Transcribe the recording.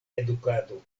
edukado